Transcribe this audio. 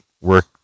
work